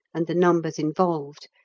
and the numbers involved,